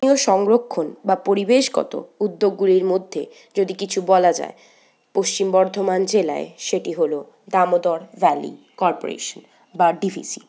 স্থানীয় সংরক্ষণ বা পরিবেশগত উদ্যোগগুলির মধ্যে যদি কিছু বলা যায় পশ্চিম বর্ধমান জেলায় সেটি হল দামোদর ভ্যালি কর্পোরেশন বা ডি ভি সি